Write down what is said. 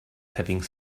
having